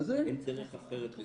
אין דרך אחרת לשרוד.